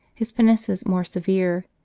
his penances more severe.